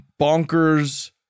bonkers